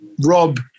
Rob